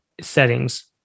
Settings